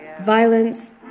violence